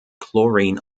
chlorine